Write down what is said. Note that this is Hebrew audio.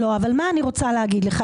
לא, אבל מה אני רוצה להגיד לך?